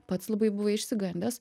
pats labai buvai išsigandęs